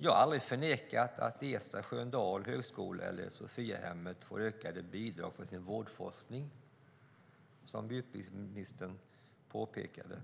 Jag har aldrig förnekat att Ersta Sköndal högskola eller Sophiahemmet Högskola får ökade bidrag för sin vårdforskning, som utbildningsministern sade.